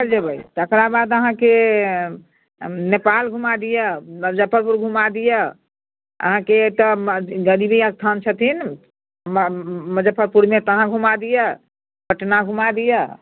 चलि जयबै तकरा बाद अहाँकेँ नेपाल घुमा दिअ मजफ्फरपुर घुमा दिअ अहाँकेँ तऽ गरीबी स्थान छथिनमे मजफ्फरपुरमे तहाँ घुमा दि पटना घुमा दिअ